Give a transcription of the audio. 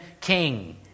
king